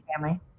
family